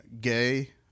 gay